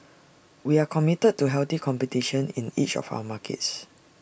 we are committed to healthy competition in each of our markets